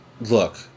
look